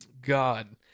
God